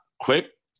quick